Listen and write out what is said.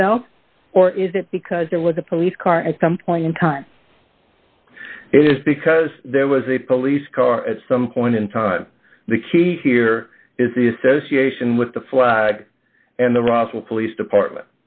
itself or is it because there was a police car at some point in time it is because there was a police car at some point in time the key here is the association with the floor and the russell police department